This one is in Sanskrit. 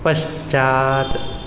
पश्चात्